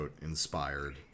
inspired